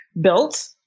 built